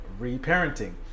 reparenting